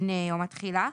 לפני יום התחילה,